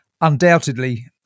Undoubtedly